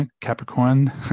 Capricorn